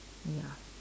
ya